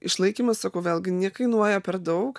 išlaikymas sakau vėlgi niekainuoja per daug